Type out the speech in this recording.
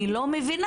אני לא מבינה.